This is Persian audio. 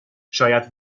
شاید